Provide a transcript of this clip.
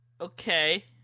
okay